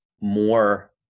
more